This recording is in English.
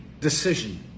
decision